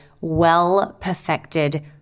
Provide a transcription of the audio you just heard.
well-perfected